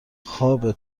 خوابه